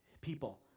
people